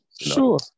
sure